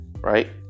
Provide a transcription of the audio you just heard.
right